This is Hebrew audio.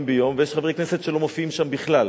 ביום ויש חברי כנסת שלא מופיעים שם בכלל.